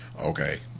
Okay